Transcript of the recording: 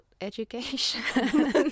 education